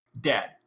dead